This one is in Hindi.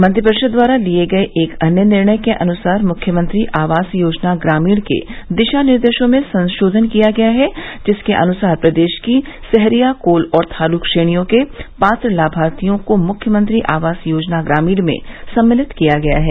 मंत्रिपरिषद द्वारा लिये गए एक अन्य निर्णय के अनुसार मुख्यमंत्री आवास योजना ग्रामीण के दिशा निर्देशों में संशोधन किया गया है जिसके अनुसार प्रदेश की सहरिया कोल और थारू श्रेणियों के पात्र लाभार्थियों को मुख्यमंत्री आवास योजना ग्रामीण में सम्मिलित किया गया है